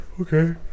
Okay